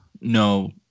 no